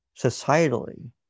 societally